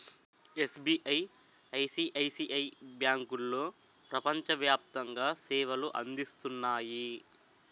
SBI, ICICI బ్యాంకులో ప్రపంచ వ్యాప్తంగా సేవలు అందిస్తున్నాయి